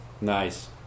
Nice